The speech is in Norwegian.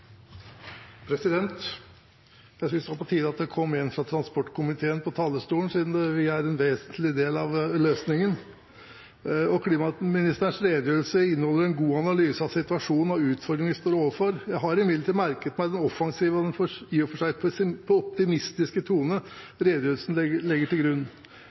Jeg syntes det var på tide at det kom en fra transportkomiteen på talerstolen, siden vi er en vesentlig del av løsningen. Klimaministerens redegjørelse inneholder en god analyse av situasjonen og utfordringene vi står overfor. Jeg har imidlertid merket meg den offensive og i og for seg optimistiske tonen redegjørelsen legger til grunn.